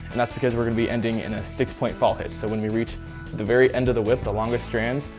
and that's because we're going to be ending in a six point fall hitch. so when we reach the very end of the whip, the longest strand,